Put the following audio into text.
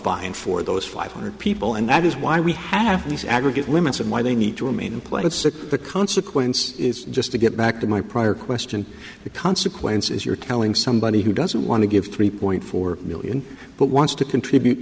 and for those five hundred people and that is why we have these aggregate limits and why they need to remain in place it's the consequence is just to get back to my prior question the consequence is you're telling somebody who doesn't want to give three point four million but wants to contribute